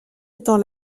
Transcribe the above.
étant